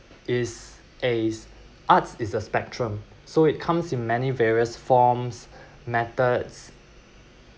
is ace arts is a spectrum so it comes in many various forms methods